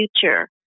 future